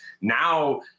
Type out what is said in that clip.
Now